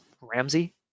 Ramsey